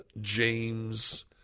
James